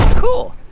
cool.